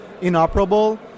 inoperable